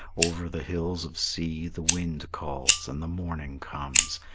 over the hills of sea the wind calls and the morning comes,